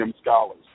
Scholars